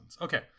Okay